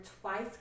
twice